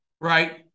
right